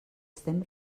estem